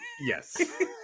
Yes